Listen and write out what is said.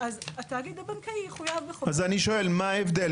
אז התאגיד הבנקאי יחויב בחובות --- אז אני שואל מה ההבדל